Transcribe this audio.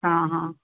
ਹਾਂ ਹਾਂ